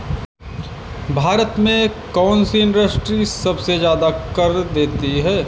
भारत में कौन सी इंडस्ट्री सबसे ज्यादा कर देती है?